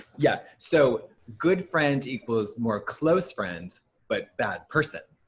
yeah, so good friend equals more close friend but bad person.